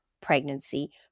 pregnancy